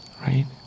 right